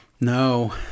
No